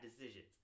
decisions